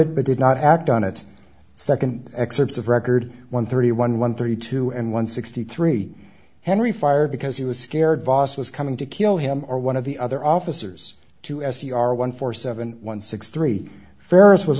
it but did not act on it second excerpts of record one thirty one one thirty two and one sixty three henry fired because he was scared boss was coming to kill him or one of the other officers to s c r one four seven one six three farris was